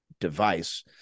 device